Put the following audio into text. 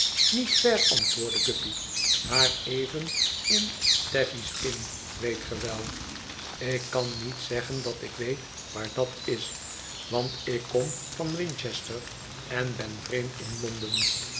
maar even in t h a v i e s i n n weet ge wel ik kan niet zeggen dat ik weet waar dat is want ik kom van winchester en ben vreemd in londen